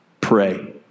pray